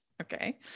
okay